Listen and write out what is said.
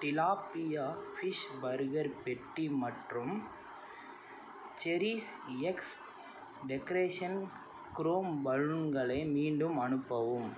tilapia fish burger பெட்டி மற்றும் செரிஷ்எக்ஸ் டெக்ரேஷன் க்ரோம் பலூன்களை மீண்டும் அனுப்பவும்